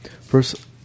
First